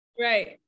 Right